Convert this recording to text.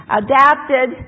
adapted